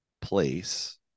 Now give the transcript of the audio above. place